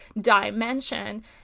dimension